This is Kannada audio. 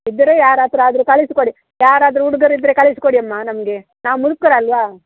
ಇದ್ದರೆ ಯಾರ ಹತ್ತಿರಾದ್ರು ಕಳಿಸಿಕೊಡಿ ಯಾರಾದ್ರೂ ಹುಡ್ಗರು ಇದ್ದರೆ ಕಳ್ಸಿಕೊಡಿ ಅಮ್ಮ ನಮಗೆ ನಾವು ಮುದ್ಕರು ಅಲ್ಲವಾ